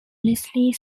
leslie